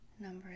Number